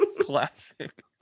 Classic